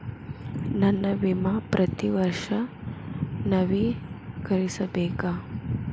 ನನ್ನ ವಿಮಾ ಪ್ರತಿ ವರ್ಷಾ ನವೇಕರಿಸಬೇಕಾ?